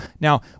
Now